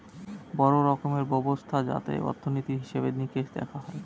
বড়ো রকমের ব্যবস্থা যাতে অর্থনীতির হিসেবে নিকেশ দেখা হয়